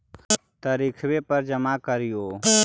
तरिखवे पर जमा करहिओ?